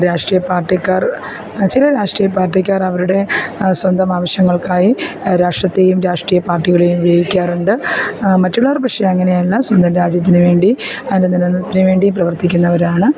രാഷ്ട്രീയ പാർട്ടിക്കാർ ചില രാഷ്ട്രീയ പാർട്ടിക്കാർ അവരുടെ സ്വന്തം ആവശ്യങ്ങൾക്കായി രാഷ്ട്രത്തെയും രാഷ്ട്രീയ പാർട്ടികളെയും ഉപയോഗിക്കാറുണ്ട് മറ്റുള്ളവർ പക്ഷെ അങ്ങനെയല്ല സ്വന്തം രാജ്യത്തിനു വേണ്ടി അതിൻ്റെ നിലനിൽപ്പിന് വേണ്ടി പ്രവർത്തിക്കുന്നവരാണ്